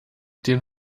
den